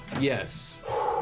Yes